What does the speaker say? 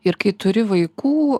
ir kai turi vaikų